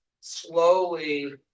slowly